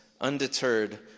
undeterred